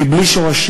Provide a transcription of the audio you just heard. כי בלי שורשים,